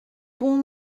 bon